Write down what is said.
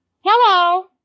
Hello